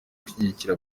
gushyigikira